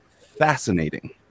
fascinating